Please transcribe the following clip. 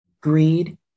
greed